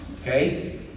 Okay